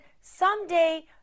someday